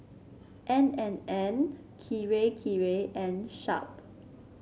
N and N Kirei Kirei and Sharp